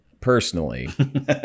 personally